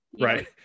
right